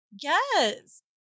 Yes